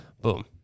boom